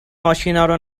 ماشینارو